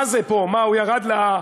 מה זה פה, מה, הוא ירד למחתרת?